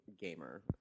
gamer